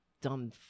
Dumb